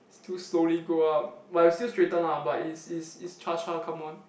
too slowly go up but you still straighten lah but is is is cha-cha come on